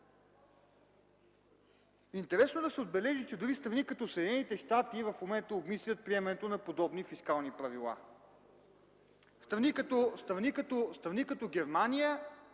Интересно е да се отбележи, че дори страни като Съединените щати в момента обмислят приемането на подобни фискални правила. В страна като Германия